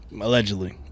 Allegedly